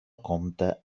compta